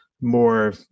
more